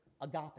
agape